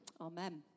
Amen